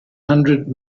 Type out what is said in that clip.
hundred